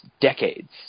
decades